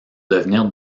devenir